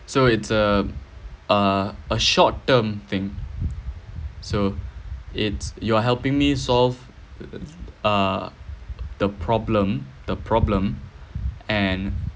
so it's a uh a short term thing so it's you are helping me solve uh the problem the problem and